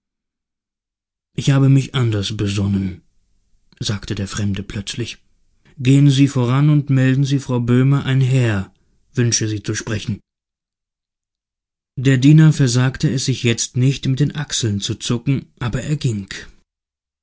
ich habe mich anders besonnen sagte der fremde plötzlich gehen sie voran und melden sie frau boehmer ein herr wünsche sie zu sprechen der diener versagte es sich jetzt nicht mit den achseln zu zucken aber er ging